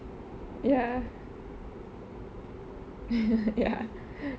ya ya